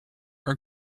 are